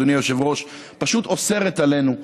פשוט אוסרת עלינו,